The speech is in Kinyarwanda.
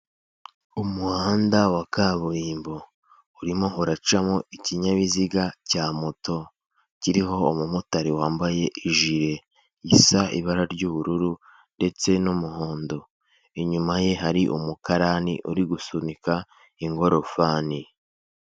Umuhanda wa kaburimbo urimohoraracamo ikinyabiziga cya moto, kiriho umumotari wambaye ijire isa ibara ry'ubururu ndetse n'umuhondo, inyuma ye hari umukarani uri gusunika ingorofani.